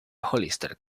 hollister